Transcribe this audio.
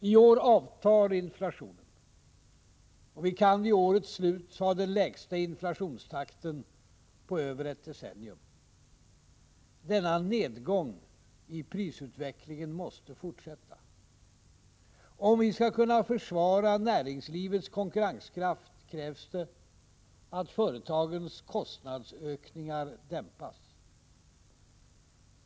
I år avtar inflationen, och vi kan vid årets slut ha den lägsta inflationstakten på över ett decennium. Denna nedgång i prisutvecklingen måste fortsätta. Om vi skall kunna försvara näringslivets konkurrenskraft krävs det att företagens kostnadsökningar dämpas.